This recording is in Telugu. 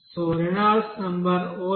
079రేనాల్డ్స్ నెంబర్ 0